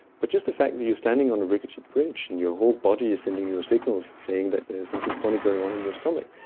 but just the fact that you're standing on a rickety bridge and your whole body is sending you signals saying that there's something funny going on in your stomach,